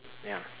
ya